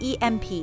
EMP